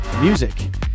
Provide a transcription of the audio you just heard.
music